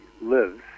lives